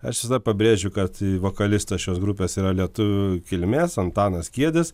aš visada pabrėžiu kad vokalistas šios grupės yra lietuvių kilmės antanas kiedis